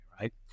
Right